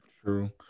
True